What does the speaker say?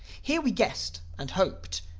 here we guessed, and hoped,